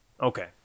Okay